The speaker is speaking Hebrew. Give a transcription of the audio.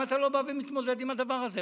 למה אתה לא בא ומתמודד עם הדבר הזה?